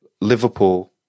Liverpool